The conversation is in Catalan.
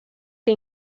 que